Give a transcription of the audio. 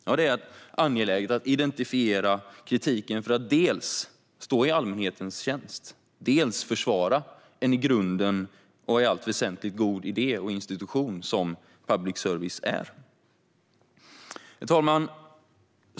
Ja, det är angeläget att identifiera kritiken för att dels stå i allmänhetens tjänst, dels försvara en i grunden och i allt väsentligt god idé och institution, som public service är. Herr talman!